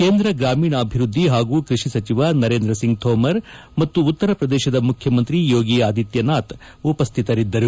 ಕೇಂದ್ರ ಗ್ರಾಮೀಣಾಭಿವೃದ್ದಿ ಹಾಗೂ ಕೃಷಿ ಸಚಿವ ನರೇಂದ್ರ ಸಿಂಗ್ ತೋಮರ್ ಮತ್ತು ಉತ್ತರ ಪ್ರದೇಶದ ಮುಖ್ಯಮಂತ್ರಿ ಯೋಗಿ ಆದಿತ್ಯನಾಥ್ ಉಪಸ್ಥಿತರಿದ್ದರು